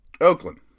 Oakland